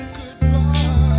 goodbye